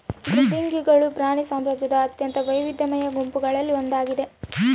ಮೃದ್ವಂಗಿಗಳು ಪ್ರಾಣಿ ಸಾಮ್ರಾಜ್ಯದ ಅತ್ಯಂತ ವೈವಿಧ್ಯಮಯ ಗುಂಪುಗಳಲ್ಲಿ ಒಂದಾಗಿದ